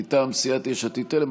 מטעם סיעת יש עתיד-תל"ם.